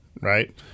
right